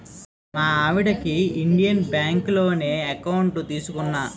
మా ఆవిడకి ఇండియన్ బాంకులోనే ఎకౌంట్ తీసుకున్నా